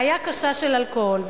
בעיה קשה של אלכוהול.